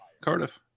Cardiff